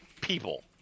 people